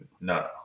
no